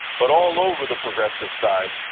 but all over the progressive side,